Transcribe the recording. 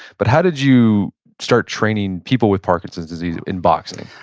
but, how did you start training people with parkinson's disease in boxing?